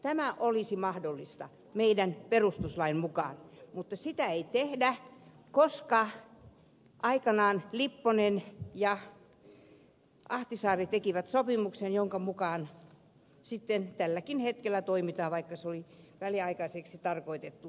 tämä olisi mahdollista meidän perustuslakimme mukaan mutta sitä ei tehdä koska aikanaan lipponen ja ahtisaari tekivät sopimuksen jonka mukaan sitten tälläkin hetkellä toimitaan vaikka se oli väliaikaiseksi tarkoitettu